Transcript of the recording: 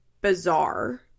bizarre